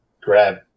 grab